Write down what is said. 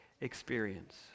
experience